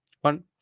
one